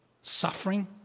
suffering